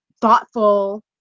thoughtful